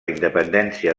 independència